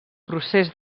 procés